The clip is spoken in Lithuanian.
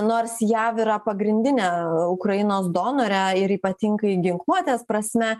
nors jav yra pagrindinė ukrainos donorė ir ypatingai ginkluotės prasme